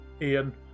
Ian